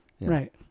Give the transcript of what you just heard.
Right